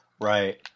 Right